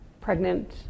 Pregnant